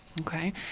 Okay